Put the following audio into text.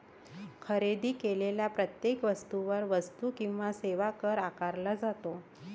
खरेदी केलेल्या प्रत्येक वस्तूवर वस्तू आणि सेवा कर आकारला जातो